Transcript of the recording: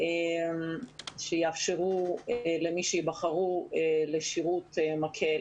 שיאפשרו למי שיבחרו לשירות מקל